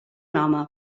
home